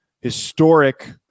historic